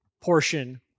portion